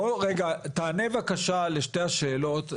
בוא רגע, תענה בבקשה לשתי השאלות.